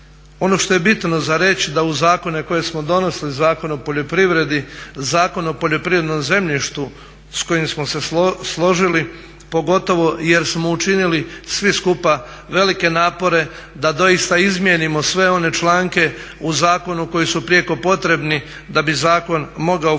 Ono što je bitno za reći da u zakone koje smo donosili Zakon o poljoprivredi, Zakon o poljoprivrednom zemljištu s kojim smo se složili pogotovo jer smo učinili svi skupa velike napore da doista izmijenimo sve one članke u zakonu koji su prijeko potrebni da bi zakon mogao funkcionirati